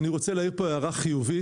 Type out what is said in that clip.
אני רוצה להעיר פה הערה חיובית.